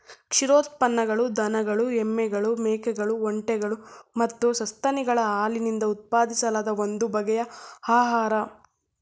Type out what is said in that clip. ಕ್ಷೀರೋತ್ಪನ್ನಗಳು ದನಗಳು ಎಮ್ಮೆಗಳು ಮೇಕೆಗಳು ಒಂಟೆಗಳು ಮತ್ತು ಸಸ್ತನಿಗಳ ಹಾಲಿನಿಂದ ಉತ್ಪಾದಿಸಲಾದ ಒಂದು ಬಗೆಯ ಆಹಾರ